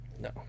No